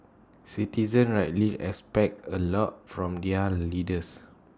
citizens rightly expect A lot from their leaders